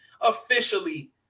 officially